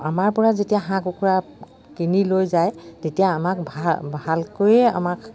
আমাৰপৰা যেতিয়া হাঁহ কুকুৰা কিনি লৈ যায় তেতিয়া আমাক ভাল ভালকৈয়ে আমাক